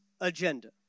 agenda